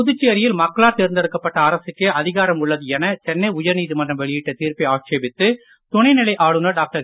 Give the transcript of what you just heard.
புதுச்சேரியில் மக்களால் தேர்ந்தெடுக்கப்பட்ட அரசுக்கே அதிகாரம் உள்ளது என சென்னை உயர் நீதிமன்றம் வெளியிட்ட தீர்ப்பை ஆட்சேபித்து துணைநிலை ஆளுநர் டாக்டர்